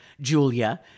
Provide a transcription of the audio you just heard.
Julia